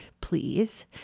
please